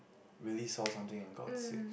really saw something and got sick